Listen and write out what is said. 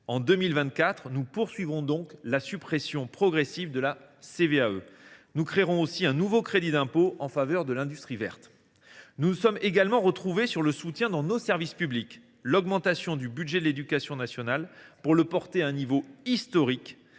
de la cotisation sur la valeur ajoutée des entreprises (CVAE). Nous créerons aussi un nouveau crédit d’impôt en faveur de l’industrie verte. Nous nous sommes également retrouvés sur le soutien dans nos services publics : l’augmentation du budget de l’éducation nationale, pour le porter à un niveau historique